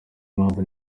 impamvu